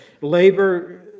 Labor